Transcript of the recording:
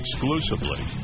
exclusively